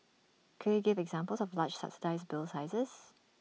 could you give examples of large subsidised bill sizes